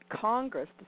Congress